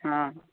ആ